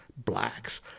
Blacks